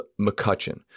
McCutcheon